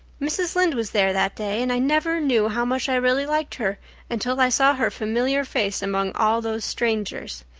mrs. lynde was there that day, and i never knew how much i really liked her until i saw her familiar face among all those strangers.